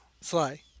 Sly